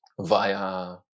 via